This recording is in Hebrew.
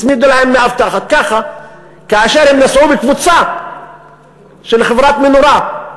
הצמידו להם מאבטחת כאשר הם נסעו בקבוצה של חברת "מנורה",